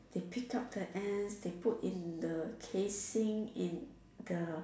they pick up the ants they put in the casing in the